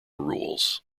rules